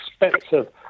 expensive